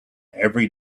every